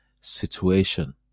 situation